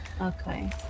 Okay